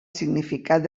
significat